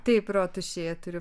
taip rotušėje turiu